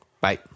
Bye